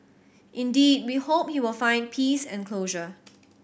indeed we hope he will find peace and closure